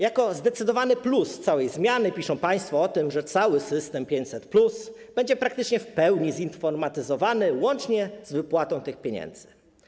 Jako zdecydowany plus całej zmiany wskazują państwo, że cały system 500+ będzie praktycznie w pełni zinformatyzowany, łącznie z wypłatą tych pieniędzy.